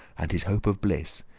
and his hope of bliss,